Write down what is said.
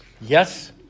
Yes